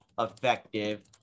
effective